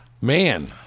Man